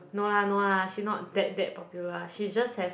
no lah no lah she not that that popular lah she just have